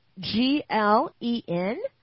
G-L-E-N